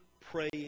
praying